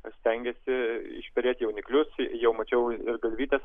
stengiasi išperėti jauniklius jau mačiau ir galvytės